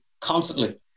constantly